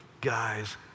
guys